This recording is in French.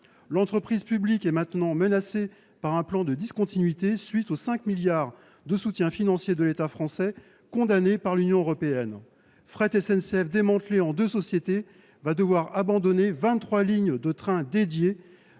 L’entreprise publique est maintenant menacée par un plan de discontinuité à la suite des 5 milliards d’euros de soutien financier de l’État français, condamné par l’Union européenne. Fret SNCF, démantelée en deux sociétés, devra ainsi abandonner 23 lignes de train dédiées